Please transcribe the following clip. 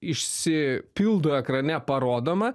išsipildo ekrane parodoma